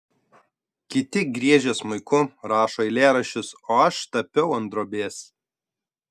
kiti griežia smuiku rašo eilėraščius o aš tapiau ant drobės